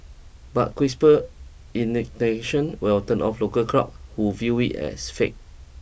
but crisper will turn off local crowds who view it as fake